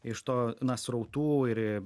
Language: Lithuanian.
iš to na srautų ir